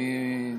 אוקיי.